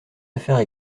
affaires